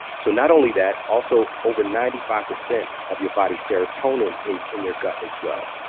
so not only that. also, over ninety five percent of your body's serotonin is in your gut as well,